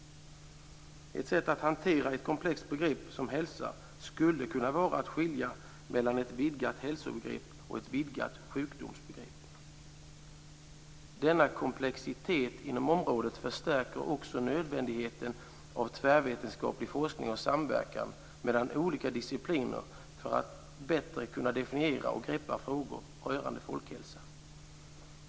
Ett sätt att hantera ett så komplext begrepp som hälsa skulle kunna vara att skilja mellan ett vidgat hälsobegrepp och ett vidgat sjukdomsbegrepp. Denna komplexitet inom området förstärker också nödvändigheten av tvärvetenskaplig forskning och samverkan mellan olika discipliner för att man bättre skall kunna definiera och greppa frågor rörande folkhälsa.